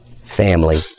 family